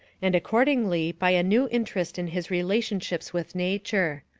and accordingly by a new interest in his relationships with nature.